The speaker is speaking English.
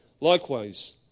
Likewise